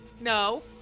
No